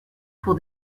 pour